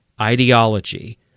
ideology